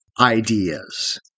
ideas